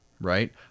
right